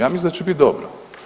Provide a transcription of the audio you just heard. Ja mislim da će biti dobro.